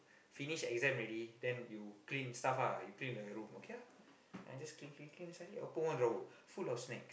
finish exam already then you clean stuff ah you clean the room okay lah I just clean clean clean suddenly open one drawer full of snacks